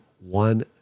one